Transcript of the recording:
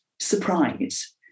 surprise